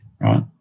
right